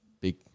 big